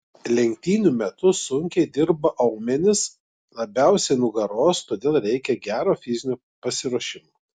lenktynių metu sunkiai dirba aumenys labiausiai nugaros todėl reikia gero fizinio pasiruošimo